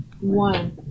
One